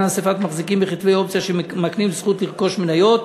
אספת מחזיקים בכתבי אופציה שמקנים זכות לרכוש מניות,